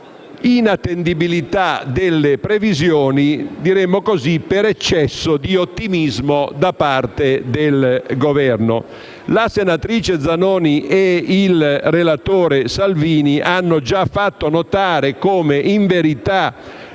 La senatrice Zanoni e il relatore Santini hanno già fatto notare come in verità